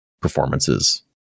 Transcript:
performances